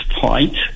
point